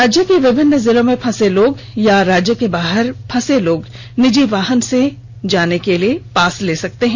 राज्य के विभिन्न जिलों में फंसे लोग या राज्य के बाहर फंसे लोग निजी वाहन से जाने के लिए पास ले सकते हैं